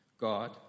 God